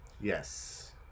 Yes